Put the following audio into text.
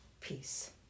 Peace